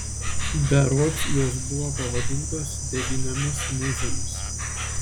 berods jos buvo pavadintos devyniomis mūzomis